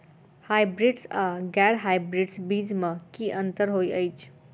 Hybrids आ गैर hybrids बीज म की अंतर होइ अछि?